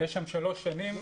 יש שם שלוש שנים,